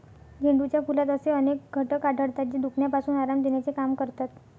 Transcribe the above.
झेंडूच्या फुलात असे अनेक घटक आढळतात, जे दुखण्यापासून आराम देण्याचे काम करतात